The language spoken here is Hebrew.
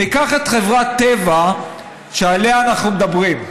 ניקח את חברת טבע, שעליה אנחנו מדברים.